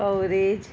average